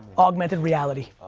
augmented reality.